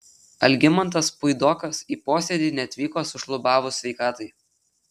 algimantas puidokas į posėdį neatvyko sušlubavus sveikatai